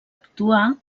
actuar